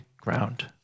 ground